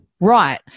right